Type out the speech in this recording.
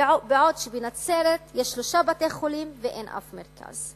בעוד שבנצרת יש שלושה בתי-חולים ואין אף מרכז.